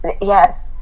yes